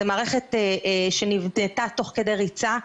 זו מערכת שנבנתה תוך כדי ריצה,